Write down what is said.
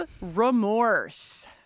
remorse